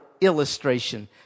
illustration